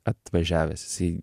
atvažiavęs jisai